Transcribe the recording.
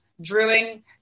drilling